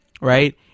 right